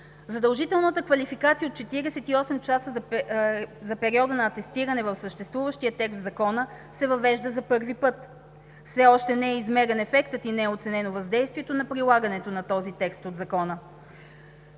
Задължителната квалификация от 48 часа за периода на атестиране в съществуващия текст в Закона се въвежда за първи път. Все още не е измерен ефектът и не е оценено въздействието на прилагането на този текст от Закона.